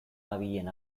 dabilen